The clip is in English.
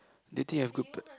they think you have good pa~